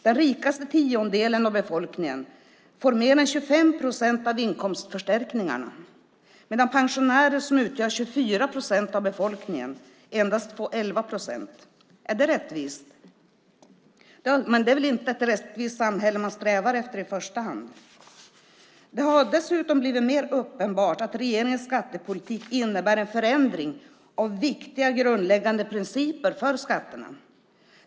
Den rikaste tiondelen av befolkningen får mer än 25 procent av inkomstförstärkningarna medan pensionärer, som utgör 24 procent av befolkningen, endast får 11 procent. Är det rättvist? Det är väl inte ett rättvist samhälle man strävar efter i första hand. Det har dessutom blivit mer uppenbart att regeringens skattepolitik innebär en förändring av viktiga grundläggande principer för skatterna.